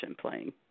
playing